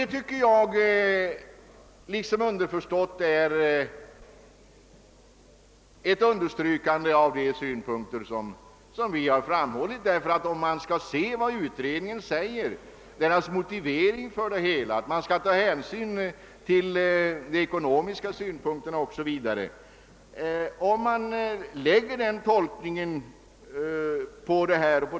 Jag tycker att detta liksom underförstått utgör ett uttryckande av de synpunkter som vi har framhållit om man ser på motiveringen, att man skall ta hänsyn till de ekonomiska synpunkterna o.s.v.